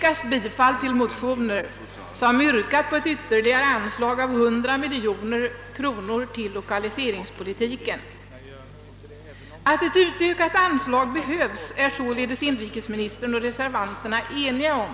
Att ett utökat anslag behövs är således inrikesministern och reservanterna eniga om.